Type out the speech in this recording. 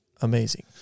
amazing